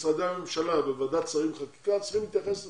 שמשרדי הממשלה בוועדת שרים לחקיקה צריכים להתייחס לזה.